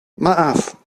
maaf